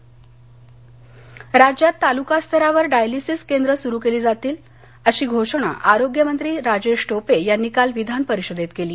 विधानपरिषद राज्यात तालुकास्तरावर डायलिसीस केंद्र सुरू केली जातील अशी घोषणा आरोग्यमंत्री राजेश टोपे यांनी काल विधानपरिषदेत केली